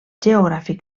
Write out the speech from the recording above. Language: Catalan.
geogràfic